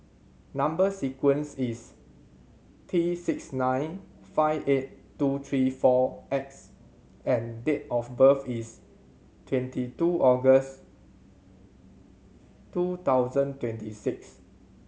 number sequence is T six nine five eight two three four X and date of birth is twenty two August two thousand twenty six